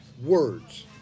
words